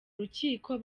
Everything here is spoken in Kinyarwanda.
rukiko